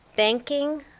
banking